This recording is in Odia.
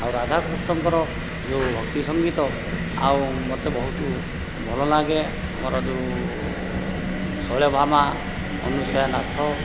ଆଉ ରାଧା କୃଷ୍ଣଙ୍କର ଯେଉଁ ଭକ୍ତି ସଙ୍ଗୀତ ଆଉ ମୋତେ ବହୁତ ଭଲ ଲାଗେ ଆମର ଯେଉଁ ଶୈଳଭାମା ଅନୁସୟା ନାଥ